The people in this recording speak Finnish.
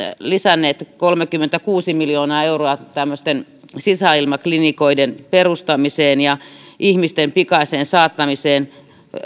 lisänneet kolmekymmentäkuusi miljoonaa euroa tämmöisten sisäilmaklinikoiden perustamiseen ja ihmisten pikaiseen saattamiseen